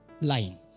line